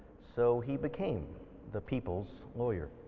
so he became the people's lawyer.